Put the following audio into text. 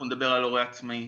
נדבר על הורה עצמאי.